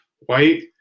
white